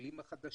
העולים החדשים,